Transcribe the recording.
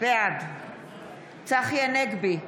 בעד צחי הנגבי,